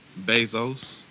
Bezos